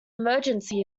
emergency